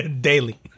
daily